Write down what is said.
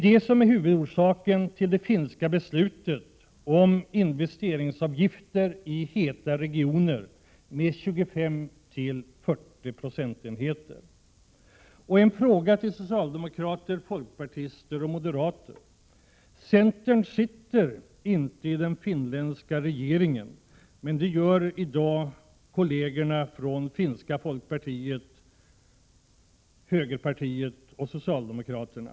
Detta är huvudorsaken till den finländska regeringens beslut om investeringsavgifter med 25—40 96 i ”heta” regioner. Den finska centern sitter inte i den finländska regeringen, men det gör i dag företrädare för det finska folkpartiet, högerpartiet och socialdemokraterna.